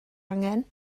angen